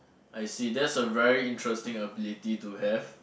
I see that's a very interesting ability to have